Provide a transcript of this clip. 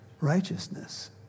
righteousness